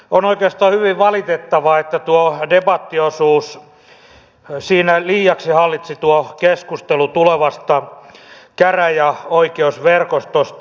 on oikeastaan hyvin valitettavaa että tuossa debattiosuudessa liiaksi hallitsi tuo keskustelu tulevasta käräjäoikeusverkostosta